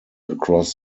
across